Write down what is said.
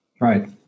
Right